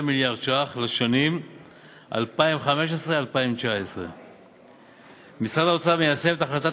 מיליארד שקלים לשנים 2015 2019. משרד האוצר מיישם את החלטת